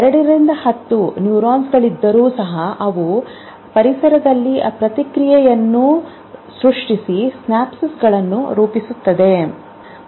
2 10 ನ್ಯೂರಾನ್ಗಳಿದ್ದರೂ ಸಹ ಅವು ಪರಿಸರದಲ್ಲಿ ಪ್ರತಿಕ್ರಿಯೆಯನ್ನು ಸೃಷ್ಟಿಸಿ ಸಿನಾಪ್ಗಳನ್ನು ರೂಪಿಸಿದವು